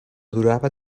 durava